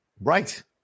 Right